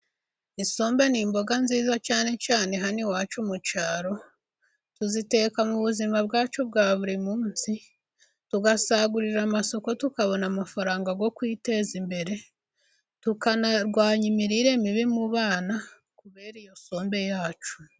Isombe ni imboga nziza, cyane cyane hano iwacu mu cyaro, tuziteka mu buzima bwacu bwa buri munsi, tugasagurira isoko, tukabona amafaranga yo kwiteza imbere, tukanarwanya imirire mibi mu bana, kubera iyo sombe yacu.